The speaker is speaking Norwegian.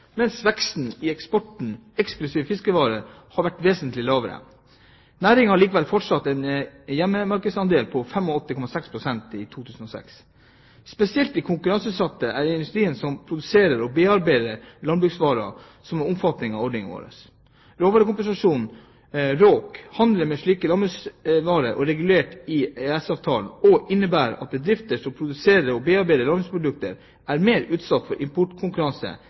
mens veksten i eksporten eksklusiv fiskevarer har vært vesentlig lavere. Næringen har likevel fortsatt en hjemmemarkedsandel på 85,6 pst. i 2006. Spesielt konkurranseutsatt er industrien som produserer og bearbeider landbruksvarer, og som er omfattet av ordningen med råvarekompensasjon, RÅK. Handelen med slike landbruksvarer er regulert i EØS-avtalen og innebærer at bedrifter som produserer og bearbeider landbruksprodukter, er mer utsatt for